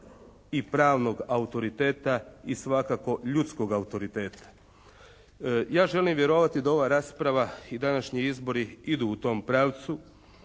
i pravnog autoriteta i svakako ljudskog autoriteta. Ja želim vjerovati da ova današnja rasprava i današnji izbori idu u tom pravcu.